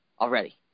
already